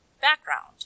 background